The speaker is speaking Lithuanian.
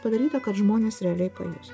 padaryta kad žmonės realiai pajus